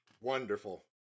wonderful